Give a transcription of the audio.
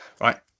Right